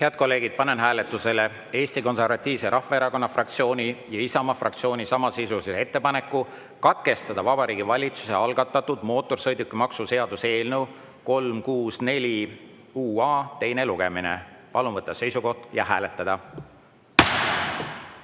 kolleegid, panen hääletusele Eesti Konservatiivse Rahvaerakonna fraktsiooni ja Isamaa fraktsiooni samasisulise ettepaneku katkestada Vabariigi Valitsuse algatatud mootorsõidukimaksu seaduse eelnõu 364 teine lugemine. Palun võtta seisukoht ja hääletada!